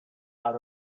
out